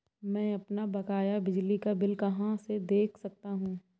मैं अपना बकाया बिजली का बिल कहाँ से देख सकता हूँ?